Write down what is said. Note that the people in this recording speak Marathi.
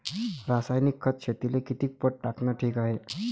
रासायनिक खत शेतीले किती पट टाकनं ठीक हाये?